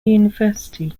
university